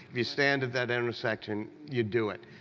you stand at that intersection, you do it.